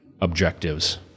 objectives